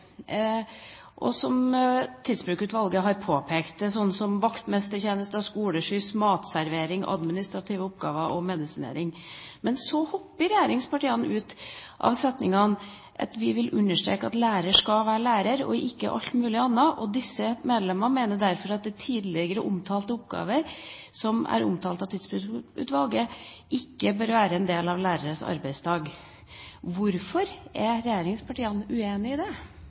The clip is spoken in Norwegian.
og som Tidsbrukutvalget har påpekt. Det er sånn som vaktmestertjenester, skoleskyss, matservering, administrative oppgaver og medisinering. Men så hopper regjeringspartiene av setningen der det står at vi «vil understreke at læreren skal være lærer – og ikke alt mulig annet. Disse medlemmene mener derfor at de tidligere omtalte oppgavene som omtales av Tidsbrukutvalget, ikke bør være del av lærernes arbeidsdag». Hvorfor er regjeringspartiene uenig i det?